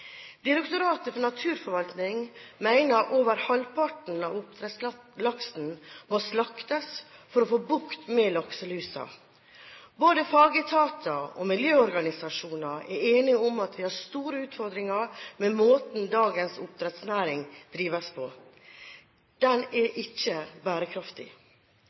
Direktoratet for naturforvaltning mener at over halvparten av oppdrettslaksen må slaktes for å få bukt med lakselusa. Både fagetater og miljøorganisasjoner er enige om at vi har store utfordringer med måten dagens oppdrettsnæring drives på. Den er ikke bærekraftig.